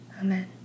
Amen